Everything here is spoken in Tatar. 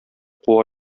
куа